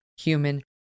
human